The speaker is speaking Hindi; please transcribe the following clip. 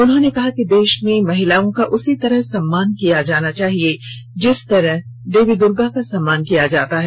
उन्होंने कहा कि देश में महिलाओं का उसी तरह सम्मान किया जाना चाहिए जिस तरह मां दुर्गा का सम्मान किया जाता है